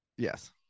Yes